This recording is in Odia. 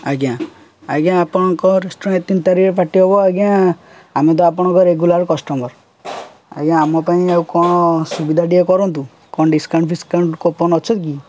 ଆଜ୍ଞା ଆଜ୍ଞା ଆପଣଙ୍କ ରେଷ୍ଟୁରାଣ୍ଟ ତିନି ତାରିଖରେ ପାର୍ଟି ହେବ ଆଜ୍ଞା ଆମେ ତ ଆପଣଙ୍କ ରେଗୁଲାର୍ କଷ୍ଟମର୍ ଆଜ୍ଞା ଆମ ପାଇଁ ଆଉ କ'ଣ ସୁବିଧା ଟିକଏ କରନ୍ତୁ କ' ଣ ଡିସକାଉଣ୍ଟ୍ ଫିସ୍କାଉଣ୍ଟ୍ କୁପନ୍ ଅଛି କି